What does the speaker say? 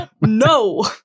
no